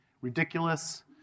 Ridiculous